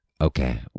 okay